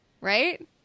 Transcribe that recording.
Right